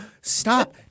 stop